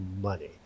money